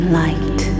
light